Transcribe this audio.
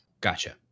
Gotcha